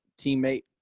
teammate